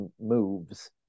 moves